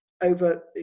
Over